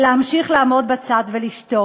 להמשיך לעמוד בצד ולשתוק.